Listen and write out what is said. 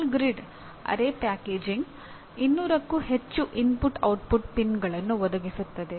ball grid array packaging 200ಕ್ಕೂ ಹೆಚ್ಚು ಪ್ರವೇಶ್ಯ ಉತ್ಪಾದಕ ಪಿನ್ಗಳನ್ನು ಒದಗಿಸುತ್ತದೆ